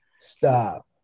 Stop